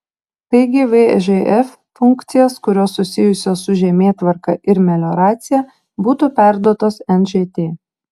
taigi vžf funkcijas kurios susijusios su žemėtvarka ir melioracija būtų perduotos nžt